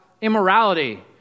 immorality